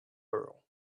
her